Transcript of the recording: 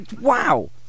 wow